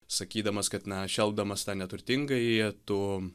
sakydamas kad na šelpdamas tą neturtingąjį tu